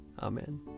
Amen